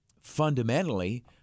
fundamentally